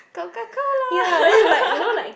Coca Cola